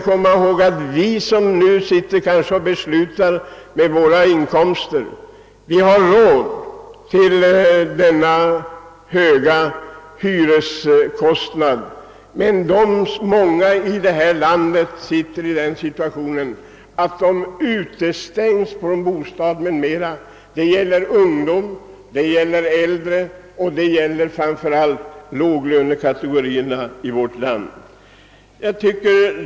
Vi som nu sitter här och beslutar har med våra inkomster råd att betala höga hyror, men många i detta land befinner sig i en sådan ekonomisk situation att de utestängs från bostad; det gäller ungdomar, äldre människor och framför allt låglönekategorierna.